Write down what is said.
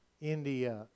India